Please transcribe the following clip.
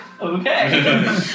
okay